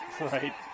Right